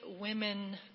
women